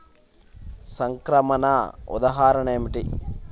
సంక్రమణ ఉదాహరణ ఏమిటి?